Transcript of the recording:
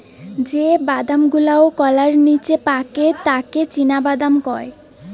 যে বাদাম গুলাওকলার নিচে পাকে তাকে চীনাবাদাম কয়